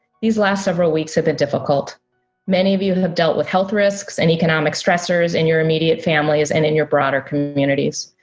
these last several weeks have been difficult many of you who have dealt with health risks and economic stressors in your immediate families and in your broader communities.